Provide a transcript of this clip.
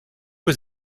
was